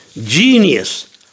genius